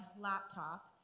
laptop